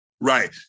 Right